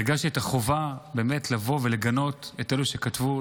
הרגשתי את החובה לבוא ולגנות את אלו שכתבו,